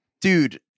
dude